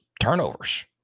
turnovers